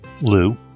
Lou